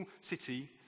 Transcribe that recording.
city